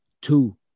two